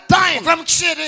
time